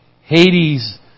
Hades